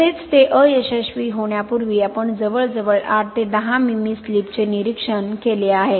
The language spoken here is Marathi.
तसेच ते अयशस्वी होण्यापूर्वी आपण जवळजवळ 8 ते 10 मिमी स्लिपचे निरीक्षण केले आहे